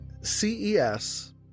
CES